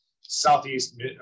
Southeast